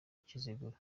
kiziguro